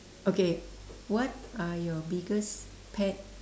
okay what are your biggest pet